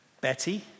Betty